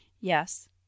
yes